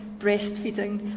breastfeeding